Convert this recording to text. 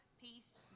peace